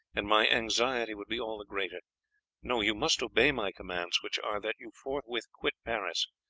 and my anxiety would be all the greater. no, you must obey my commands, which are that you forthwith quit paris.